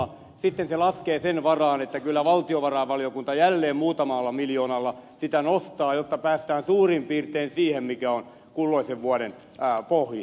sitten se laskee sen varaan että kyllä valtiovarainvaliokunta jälleen muutamalla miljoonalla sitä nostaa jotta päästään suurin piirtein siihen mikä on kulloisenkin vuoden pohjissa